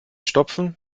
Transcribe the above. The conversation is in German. stopfen